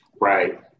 Right